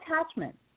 attachment